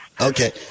Okay